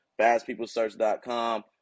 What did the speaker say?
fastpeoplesearch.com